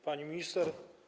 Pani Minister!